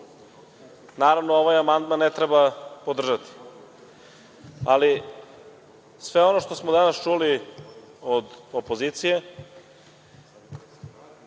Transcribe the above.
naravno, ovaj amandman ne treba podržati, ali sve ono što smo danas čuli od opozicije